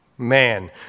man